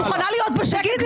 את מוכנה להיות בשקט?